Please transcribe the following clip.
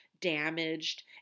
damaged